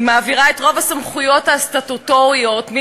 אם כבר בשעה הזאת, לפחות ניהנה.